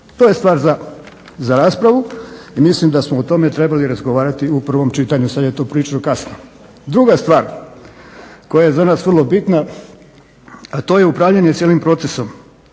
To je stvar za raspravu i mislim da smo o tome trebali razgovarati u prvom čitanju, sad je za tu priču kasno. Druga stvar koja je za nas vrlo bitna, a to je upravljanje cijelim procesom,